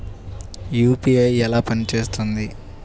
UPI ఎలా పనిచేస్తుంది?